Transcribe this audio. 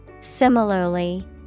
similarly